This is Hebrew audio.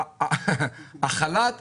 החל"ת,